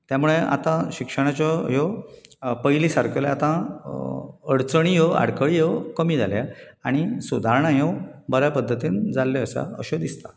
त्या मुळे आतां शिक्षणांच्यो ह्यो पयलीं सारकेल्यो आतां अडचणी ह्यो आडखळी ह्यो कमी जाल्यात आनी सुदारणां ह्यो बऱ्या पद्दतीन जाल्ल्यो आसात अशें दिसता